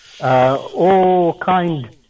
all-kind